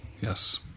Yes